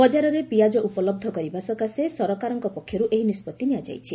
ବଜାରରେ ପିଆଜ ଉପଲବ୍ଧ କରିବା ସକାଶେ ସରକାରଙ୍କ ପକ୍ଷରୁ ଏହି ନିଷ୍ପଭି ନିଆଯାଇଛି